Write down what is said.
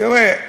תראה,